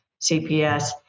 CPS